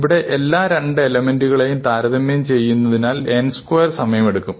ഇവിടെ എല്ലാ രണ്ട് എലെമെന്റുകളെയും താരതമ്യം ചെയ്യുന്നതിനാൽ n സ്ക്വയർ സമയം എടുക്കും